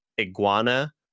iguana